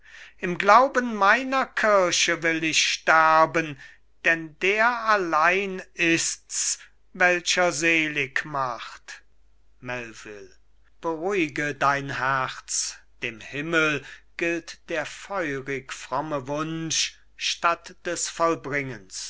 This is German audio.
im glauben meiner kirche will ich sterben denn der allein ist's welcher selig macht melvil beruhige dein herz dem himmel gilt der feurig fromme wunsch statt des